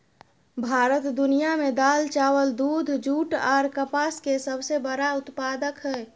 भारत दुनिया में दाल, चावल, दूध, जूट आर कपास के सबसे बड़ा उत्पादक हय